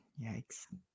Yikes